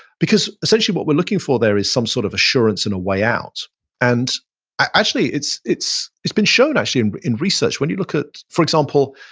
because essentially what we're looking for there is some sort of assurance in a way out and actually it's it's been shown actually and in research. when you look at, for example,